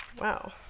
Wow